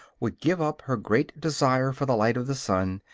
would give up her great desire for the light of the sun,